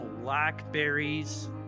blackberries